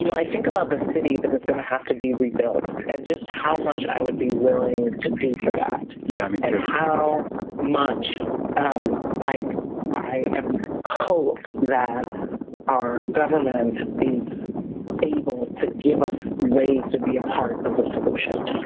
you know i think about the city that is going to have to be rebuilt, and just how much i would be willing to do for that, yeah and how much um i i and hope that our government is able to give us ways to be a part of the solution,